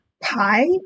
pie